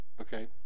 Okay